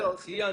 ציינתי.